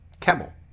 Camel